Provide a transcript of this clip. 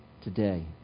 Today